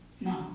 No